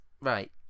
right